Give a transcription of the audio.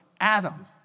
Adam